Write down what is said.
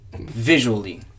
visually